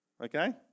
Okay